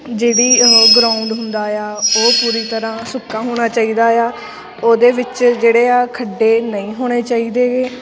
ਜਿਹੜੀ ਉਹ ਗਰਾਊਂਡ ਹੁੰਦਾ ਆ ਉਹ ਪੂਰੀ ਤਰ੍ਹਾਂ ਸੁੱਕਾ ਹੋਣਾ ਚਾਹੀਦਾ ਆ ਉਹਦੇ ਵਿੱਚ ਜਿਹੜੇ ਆ ਖੱਡੇ ਨਹੀਂ ਹੋਣੇ ਚਾਹੀਦੇ ਗੇ